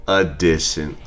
edition